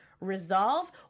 resolve